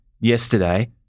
yesterday